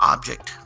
object